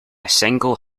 single